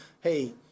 hey